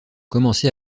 commencé